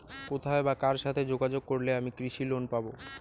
কোথায় বা কার সাথে যোগাযোগ করলে আমি কৃষি লোন পাব?